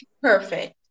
Perfect